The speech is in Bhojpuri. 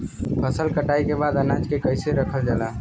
फसल कटाई के बाद अनाज के कईसे रखल जाला?